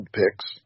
picks